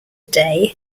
day